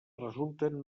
resulten